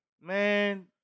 Man